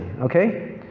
okay